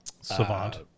savant